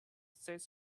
states